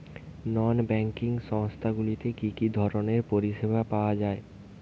নন banking সংস্থা গুলিতে কি কি ধরনের পরিসেবা পাওয়া য়ায়?